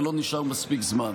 ולא נשאר מספיק זמן.